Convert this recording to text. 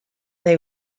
they